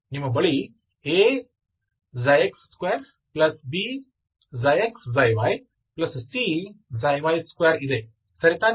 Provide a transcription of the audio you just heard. ನಿಮ್ಮ ಬಳಿ Ax2 Bξx ξyCξy2 ಇದೆ ಸರಿ ತಾನೇ